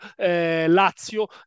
Lazio